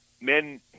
men